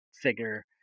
figure